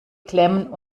klemmen